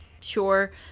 sure